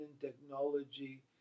technology